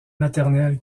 maternel